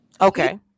okay